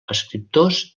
escriptors